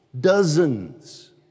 Dozens